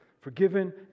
Forgiven